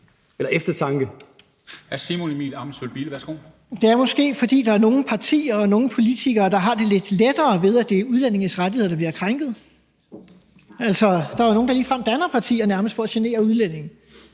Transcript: Det er måske, fordi der er nogle partier og nogle politikere, der har det lidt lettere med, at det er udlændinges rettigheder, der bliver krænket. Altså, der er jo nogen, der ligefrem danner partier nærmest for at genere udlændinge.